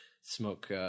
smoke